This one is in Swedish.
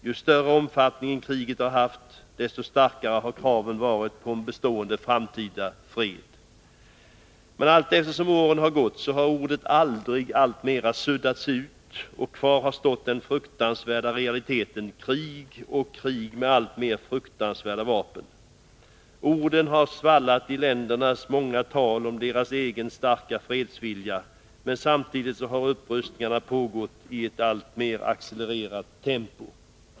Ju större omfattning kriget har haft, desto starkare har kraven varit på en bestående framtida fred. Men ordet ”aldrig” har med tiden tunnats ut, och kvar har stått den fruktansvärda realiteten krig — med alltmer fasansfulla vapen. Orden har svallat i ländernas många tal om deras egna starka fredsvilja, men samtidigt har upprustningarna pågått i ett alltmer accelererat tempo.